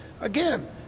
Again